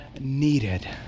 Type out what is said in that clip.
needed